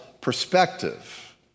perspective